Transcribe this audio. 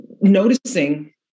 noticing